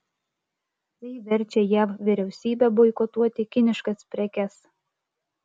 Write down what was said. tai verčia jav vyriausybę boikotuoti kiniškas prekes